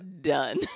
done